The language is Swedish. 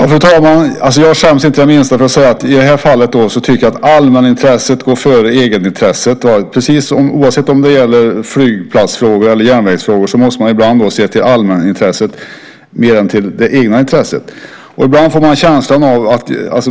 Fru talman! Jag skäms inte det minsta för att säga att jag i det här fallet tycker att allmänintresset går före egenintresset. Oavsett om det gäller flygplatsfrågor eller om det gäller järnvägsfrågor måste man ibland mer se till allmänintresset än till det egna intresset.